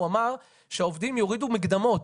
הוא אמר שהעובדים יורידו מקדמות.